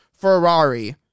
Ferrari